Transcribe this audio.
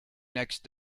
next